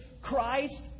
Christ